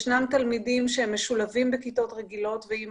ישנם תלמידים שמשולבים בכיתות רגילות ואם